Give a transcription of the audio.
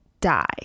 die